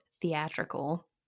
theatrical